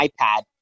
iPad